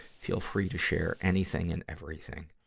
feel free to share anything and everything.